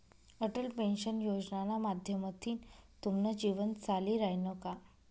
Atal pension योजनाना माध्यमथीन तुमनं जीवन चाली रायनं का?